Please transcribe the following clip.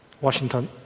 Washington